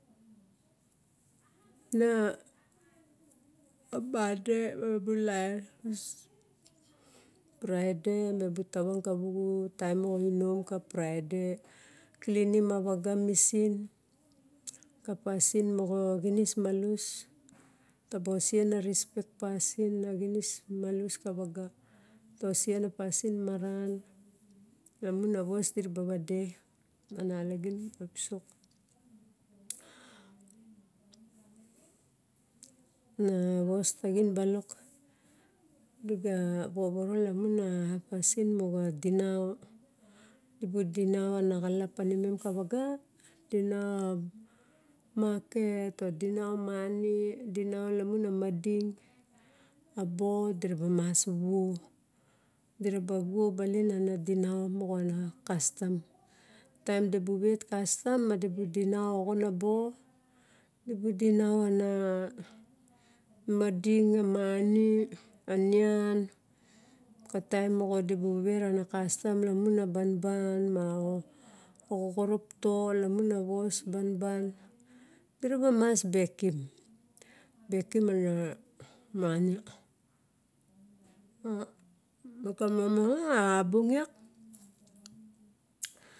Ma ga monday mubu lin uso, friday ma bu tava kavuvu tim moga eunom ka friday elenim a xuga mesin ka pasin moga geinis malus taba seien a respect pasin mo ga geinis malus kavaga, tava sen a pasin mamaran lamon a xvos diraba vide. A nalagin di raba vade, a nilagine. Nu vuatagin balok diga bobo nen lamon a pasin moga dinau, bu dinau a nagulup xinim ka vinga. Dinau maket or dinau mani, dinau laman a madine, a boo di rama vog diraba vog baline a no dinau moga a na kasitam, tina dibu vat kasitam ma di bu dinau oigona boo dibu dinau xinem madine, a mani a nine katine mora dibu veiran kastem lamon a bunbun ma ogoropto lamon a vosbaba di raba mas bakim ani mani mega momoro a ra bugin.